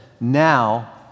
now